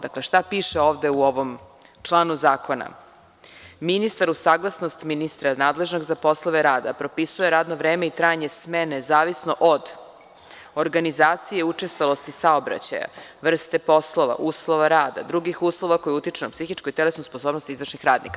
Dakle, šta piše ovde u ovom članu zakona – ministar uz saglasnost ministra nadležnog na poslove rada propisuje radno vreme i trajanje smene zavisno od organizacije, učestalosti saobraćaja, vrste poslova, uslova rada, drugih uslova koji utiču na psihičku, telesnu sposobnost izvršnih radnika.